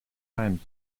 times